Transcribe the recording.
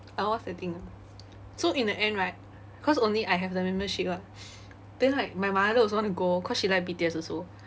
uh what's the thing ah so in the end right cause only I have the membership [what] then right my mother also want to go cause she like B_T_S also